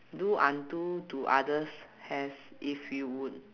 do unto to others as if you would